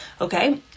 okay